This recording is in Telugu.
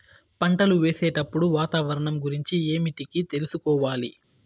పంటలు వేసేటప్పుడు వాతావరణం గురించి ఏమిటికి తెలుసుకోవాలి?